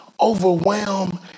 overwhelm